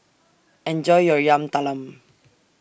Enjoy your Yam Talam